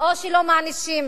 או שלא מענישים?